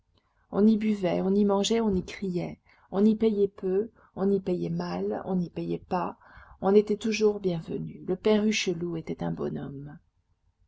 on y buvait on y mangeait on y criait on y payait peu on y payait mal on n'y payait pas on était toujours bienvenu le père hucheloup était un bonhomme